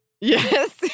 Yes